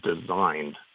designed